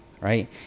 right